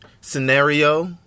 scenario